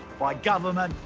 by government,